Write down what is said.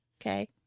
Okay